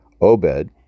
Obed